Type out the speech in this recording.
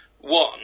one